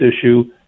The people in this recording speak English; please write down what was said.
issue